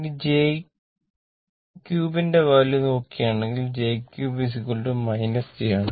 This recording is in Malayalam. ഇനി j3 ന്റെ വാല്യൂ നോക്കുകയാണെങ്കിൽ j3 j ആണ്